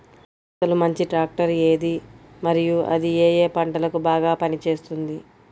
అసలు మంచి ట్రాక్టర్ ఏది మరియు అది ఏ ఏ పంటలకు బాగా పని చేస్తుంది?